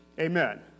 Amen